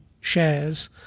shares